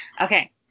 okay